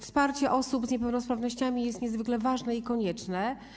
Wsparcie osób z niepełnosprawnościami jest niezwykle ważne i konieczne.